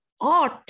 art